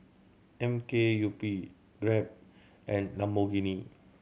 M K U P Grab and Lamborghini